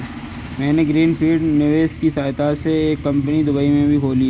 मैंने green field निवेश की सहायता से एक कंपनी दुबई में भी खोल ली है